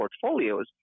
portfolios